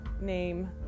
name